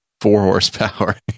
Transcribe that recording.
four-horsepower